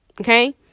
okay